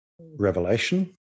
revelation